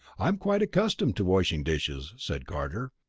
i am quite accustomed to washing dishes, said carter.